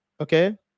okay